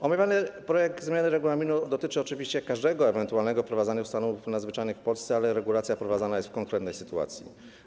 Omawiany projekt zmiany regulaminu dotyczy oczywiście każdego ewentualnego wprowadzenia stanu nadzwyczajnego w Polsce, ale regulacja wprowadzana jest w konkretnej sytuacji.